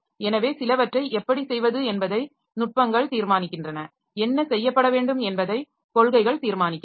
எனவே சிலவற்றை எப்படி செய்வது என்பதை நுட்பங்கள் தீர்மானிக்கின்றன என்ன செய்யப்பட வேண்டும் என்பதை காெள்கைகள் தீர்மானிக்கின்றன